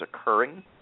occurring